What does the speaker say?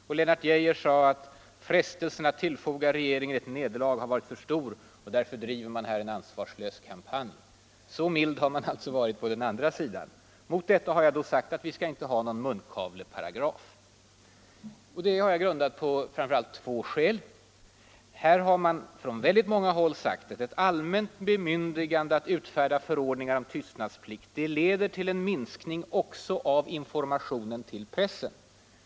Herr Lennart Geijer sade att ”frestelsen att tillfoga regeringen ett nederlag har varit för stor”, och därför driver man här en ansvarslös kampanj. Så mild har man alltså varit på den andra sidan. Mot detta har jag då sagt att vi skall inte ha någon munkavleparagraf. Det har jag grundat på framför allt två skäl. För det första har man från många håll sagt att ett allmänt bemyndigande åt regeringen att utfärda förordningar om tystnadsplikt leder till en minskning också av informationen till pressen.